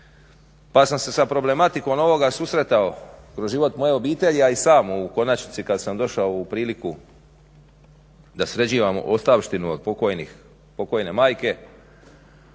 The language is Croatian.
pa sam se sa ovom problematikom susretao kroz život moje obitelji, a i sam u konačnici kada sam došao u priliku da sređivam ostavštinu od pokojne majke,